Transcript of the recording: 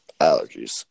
allergies